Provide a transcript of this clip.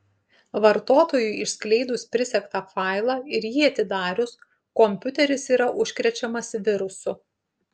vartotojui išskleidus prisegtą failą ir jį atidarius kompiuteris yra užkrečiamas virusu